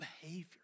behavior